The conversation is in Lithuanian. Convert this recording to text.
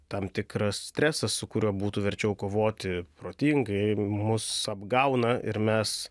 tam tikras stresas su kuriuo būtų verčiau kovoti protingai mus apgauna ir mes